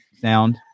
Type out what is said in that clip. sound